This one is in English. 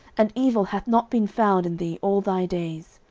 and evil hath not been found in thee all thy days.